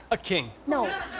a king! no!